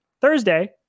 Thursday